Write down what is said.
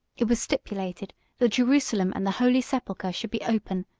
it was stipulated that jerusalem and the holy sepulchre should be open,